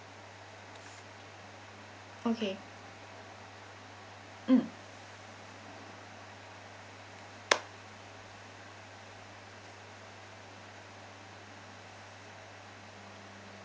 okay mm